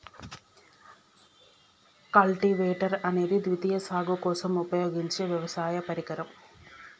cultivator అనేది ద్వితీయ సాగు కోసం ఉపయోగించే వ్యవసాయ పరికరం